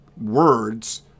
words